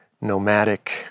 nomadic